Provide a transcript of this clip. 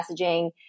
messaging